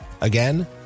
Again